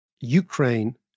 Ukraine